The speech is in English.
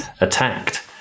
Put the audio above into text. attacked